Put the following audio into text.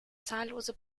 zahllose